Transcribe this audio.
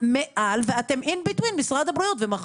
מעל ואתם in between משרד הבריאות ומכון...